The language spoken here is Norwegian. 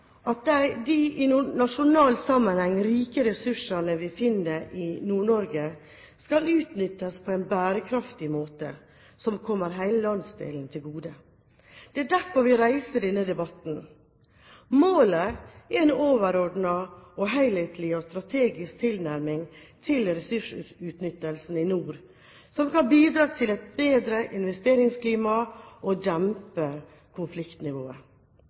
at de i nasjonal sammenheng rike ressursene vi finner i Nord-Norge skal utnyttes på en bærekraftig måte som kommer hele landsdelen til gode. Det er derfor vi reiser denne debatten. Målet er en overordnet, helhetlig og strategisk tilnærming til ressursutnyttelsen i nord, som kan bidra til et bedre investeringsklima og dempe konfliktnivået.